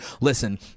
Listen